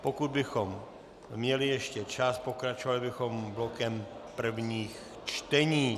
Pokud bychom měli ještě čas, pokračovali bychom blokem prvních čtení.